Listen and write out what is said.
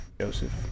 Joseph